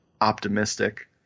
optimistic